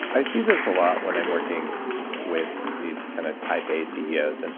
i see this a lot when i'm working with these kind of type a ceos. and